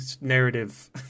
narrative